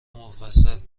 مفصل